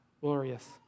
glorious